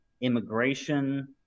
immigration